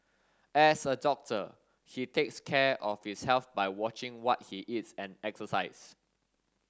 as a doctor he takes care of his health by watching what he eats and exercise